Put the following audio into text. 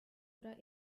oder